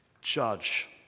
judge